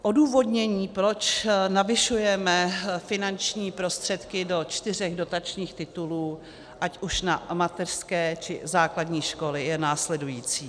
Odůvodnění, proč navyšujeme finanční prostředky do čtyř dotačních titulů, ať už na mateřské, či základní školy, je následující.